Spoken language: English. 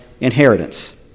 inheritance